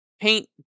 Paint